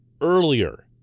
earlier